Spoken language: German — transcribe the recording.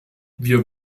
wir